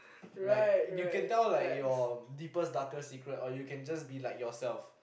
like you can tell like your deepest darkest secret or you can just be like yourself